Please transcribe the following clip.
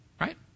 right